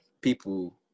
people